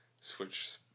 switch